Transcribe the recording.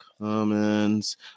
comments